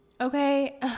okay